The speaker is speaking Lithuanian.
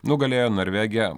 nugalėjo norvegė